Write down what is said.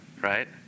right